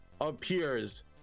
appears